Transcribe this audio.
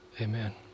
Amen